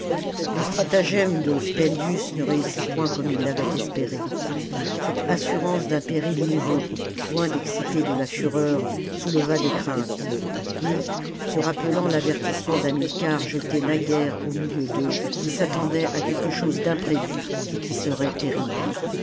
le stratagème de spendius ne réussit point comme il l'avait espéré cette assurance d'un péril nouveau loin d'exciter de la fureur souleva des craintes et se rappelant l'avertissement d'hamilcar jeté naguère au milieu d'eux ils s'attendaient à quelque chose d'imprévu et qui serait terrible